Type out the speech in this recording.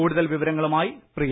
കുടുതൽ വിവരങ്ങളുമായി പ്രിയ